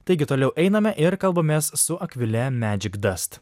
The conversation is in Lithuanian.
taigi toliau einame ir kalbamės su akvile medžikdast